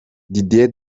didier